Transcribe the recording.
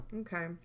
Okay